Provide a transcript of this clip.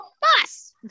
bus